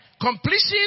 Completion